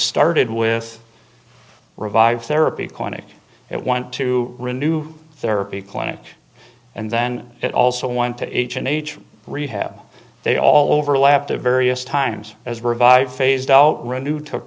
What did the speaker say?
started with revive therapy clinic it went to renew therapy clinic and then it also went to h and h rehab they all overlap to various times as revive phased out renew took